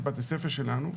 בתי הספר שלנו.